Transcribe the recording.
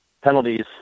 penalties